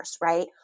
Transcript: right